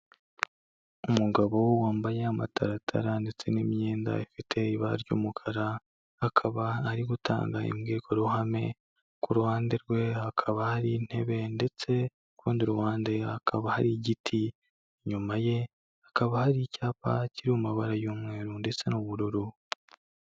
Umugabo wambaye amataratara ndetse n'imyenda ifite ibara ry'umukara, akaba ari gutanga imbwirwaruhame, ku ruhande rwe hakaba hari intebe ndetse ku rundi ruhande hakaba hari igiti, inyuma ye hakaba hari icyapa kiri mabara y'umweru ndetse n'ubururu.